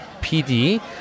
pd